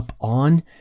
on